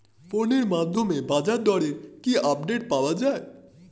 ফোনের মাধ্যমে বাজারদরের কি আপডেট পাওয়া যায়?